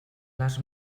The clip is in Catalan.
les